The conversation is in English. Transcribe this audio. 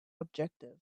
objective